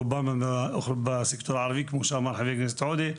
רובן הן בסקטור הערבי כמו שאמר חבר הכנסת עודה,